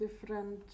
different